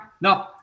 No